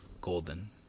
Golden